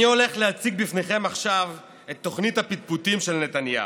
אני הולך להציג לפניכם עכשיו את תוכנית הפטפוטים של נתניהו.